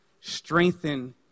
strengthen